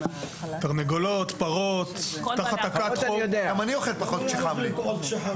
תרנגולות, פרות, גם אני אוכל פחות כשחם לי.